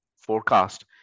forecast